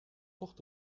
tocht